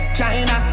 China